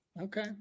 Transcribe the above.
Okay